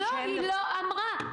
לא, היא לא אמרה.